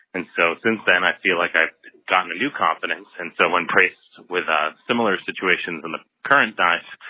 and so since then, i feel like i've gotten a new confidence. and so when faced with a similar situations in the current time,